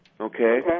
okay